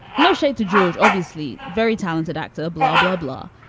no shade to george, obviously. very talented actor, blah, blah, blah.